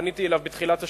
פניתי אליו בתחילת השבוע,